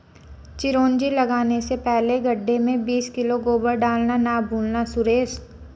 चिरौंजी लगाने से पहले गड्ढे में बीस किलो गोबर डालना ना भूलना सुरेश